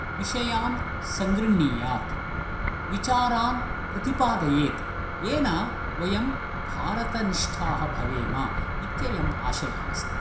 विषयान् सङ्गृह्णीयात् विचारान् प्रतिपादयेत् येन वयं भारतनिष्ठाः भवेम इत्ययम् आशयः अस्ति